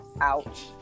ouch